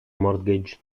mortgage